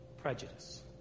Prejudice